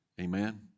Amen